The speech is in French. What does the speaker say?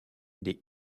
des